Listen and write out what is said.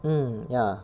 hmm ya